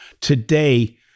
today